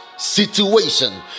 situation